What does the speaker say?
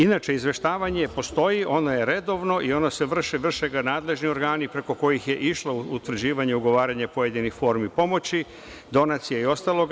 Inače, izveštavanje postoji, ono je redovno i vrše ga nadležni organi preko kojih je išlo utvrđivanje i ugovaranje pojedinih formi pomoći, donacija i ostalog.